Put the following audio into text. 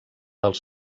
dels